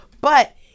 But-